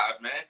man